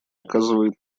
оказывает